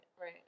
right